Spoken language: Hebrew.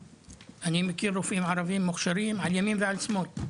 אני מכיר רופאים ערבים מוכשרים על ימין ועל שמאל,